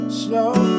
Slow